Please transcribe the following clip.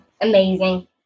Amazing